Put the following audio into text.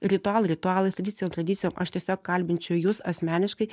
ritualai ritualais tradicijom tradicijom aš tiesiog kalbinčiau jus asmeniškai